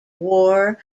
war